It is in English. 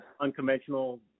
unconventional